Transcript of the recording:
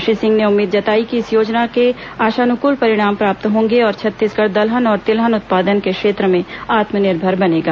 श्री सिंह ने उम्मीद जताई कि इस योजना के आशानुकूल परिणाम प्राप्त होंगे और छत्तीसगढ़ दलहन और तिलहन उत्पादन के क्षेत्र में आत्मनिर्भर बनेगा